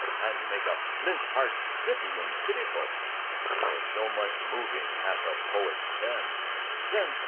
and make a flintheart scythian pitiful for so much moving hath a poet's pen then,